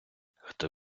хто